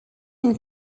une